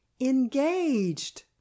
Engaged